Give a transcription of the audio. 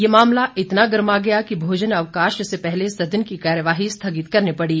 यह मामला इतना गर्मा गया कि भोजन अवकाश से पहले सदन की कार्यवाही स्थगित करने पड़ी